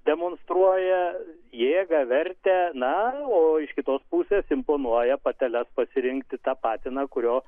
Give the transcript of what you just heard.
demonstruoja jėgą vertę na o iš kitos pusės imponuoja pateles pasirinkti tą patiną kurio